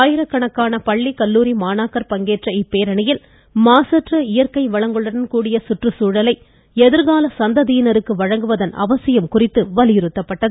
ஆயிரக்கணக்கான பள்ளி கல்லூரி மாணாக்கர் பங்கேற்ற இப்பேரணியில் மாசற்ற இயற்கை வளங்களுடன் கூடிய சுற்றுச்சூழலை எதிர்கால சந்ததியினருக்கு வழங்குவதன் அவசியம் குறித்து வலியுறுத்தப்பட்டது